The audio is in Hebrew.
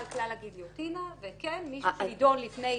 כלל הגיליוטינה וכן מי שנידון לפני,